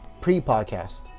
Pre-podcast